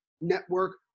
network